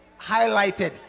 Highlighted